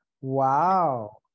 wow